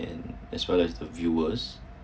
and that's why the viewers